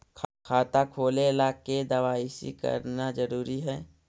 खाता खोले ला के दवाई सी करना जरूरी है?